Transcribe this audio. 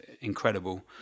incredible